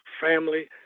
family